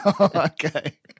okay